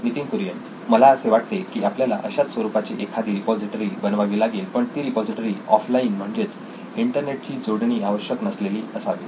नितीन कुरियन मला असे वाटते की आपल्याला अशाच स्वरूपाची एखादी रिपॉझिटरी बनवावी लागेल पण ती रिपॉझिटरी ऑफलाइन म्हणजेच इंटरनेट ची जोडणी आवश्यक नसलेली असावी